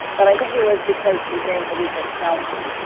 but i think it was because the day of the week it fell on,